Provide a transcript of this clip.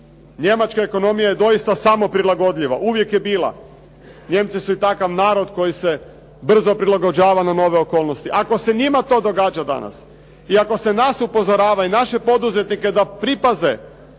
Njemačka ekonomija je doista samoprilagodljiva, uvijek je bila. Nijemci su i takav narod koji se brzo prilagođava na nove okolnosti. Ako se njim to događa danas i ako se nas upozorava i naše poduzetnike da pripaze